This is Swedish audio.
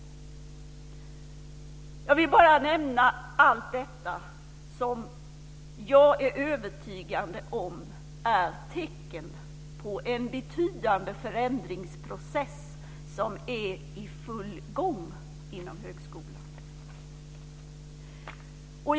Jag vill bara nämna allt detta, som jag är övertygad om är tecken på en betydande förändringsprocess som är i full gång inom högskolan.